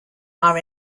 are